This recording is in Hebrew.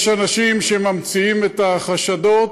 יש אנשים שממציאים את החשדות,